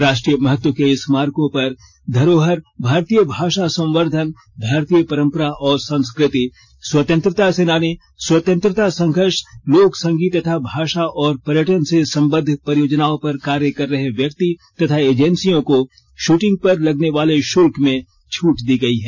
राष्ट्रीय महत्व के स्मारकों पर धरोहर भारतीय भाषा संवर्धन भारतीय परम्परा और संस्कृति स्वतंत्रता सेनानी स्वतंत्रता संघर्ष लोक संगीत तथा भाषा और पर्यटन से संबद्ध परियोजनाओं पर कार्य कर रहे व्यक्ति तथा एंजेसियों को शूटिंग पर लगने वाले शुल्क में छूट दी गई है